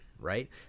right